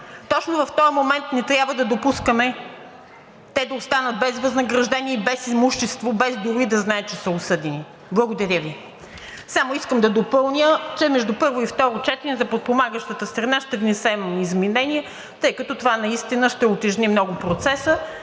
точно в този момент не трябва да допускаме да останат без възнаграждение, без имущество, без дори да знаят, че са осъдени. Само искам да допълня, че между първо и второ четене за подпомагащата страна ще внесем изменение, тъй като това наистина ще утежни много процеса.